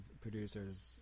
producers